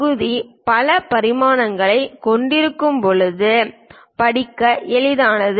பகுதி பல பரிமாணங்களைக் கொண்டிருக்கும் போது படிக்க எளிதானது